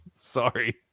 Sorry